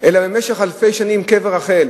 אלא במשך אלפי שנים קבר רחל,